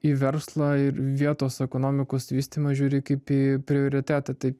į verslą ir vietos ekonomikos vystymą žiūri kaip į prioritetą tai